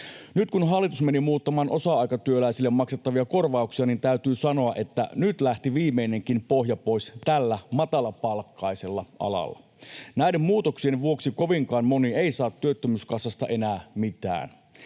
Nyt, kun hallitus meni muuttamaan osa-aikatyöläisille maksettavia korvauksia, täytyy sanoa, että nyt lähti viimeinenkin pohja pois tällä matalapalkkaisella alalla. Näiden muutoksien vuoksi kovinkaan moni ei saa työttömyyskassasta enää mitään.